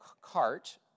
cart